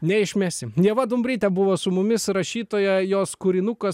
neišmesi ieva dumbrytė buvo su mumis rašytoja jos kūrinukas